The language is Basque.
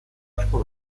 asko